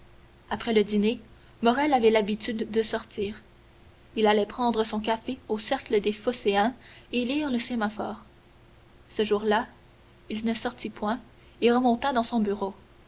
après le dîner morrel avait l'habitude de sortir il allait prendre son café au cercle des phocéens et lire le sémaphore ce jour-là il ne sortit point et remonta dans son bureau